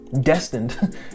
destined